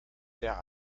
der